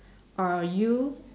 are you